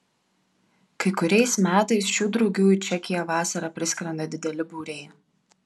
kai kuriais metais šių drugių į čekiją vasarą priskrenda dideli būriai